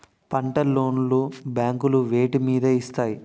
పంట లోన్ లు బ్యాంకులు వేటి మీద ఇస్తాయి?